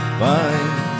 fine